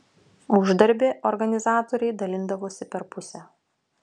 uždarbį organizatoriai dalindavosi per pusę